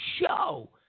show